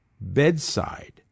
bedside